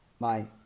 Bye